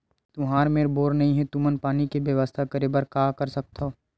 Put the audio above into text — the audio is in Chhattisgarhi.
तुहर मेर बोर नइ हे तुमन पानी के बेवस्था करेबर का कर सकथव?